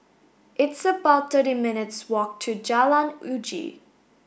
it's about thirty minutes' walk to Jalan Uji